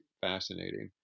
fascinating